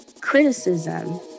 criticism